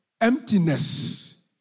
emptiness